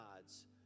gods